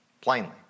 plainly